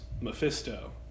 Mephisto